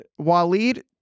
Waleed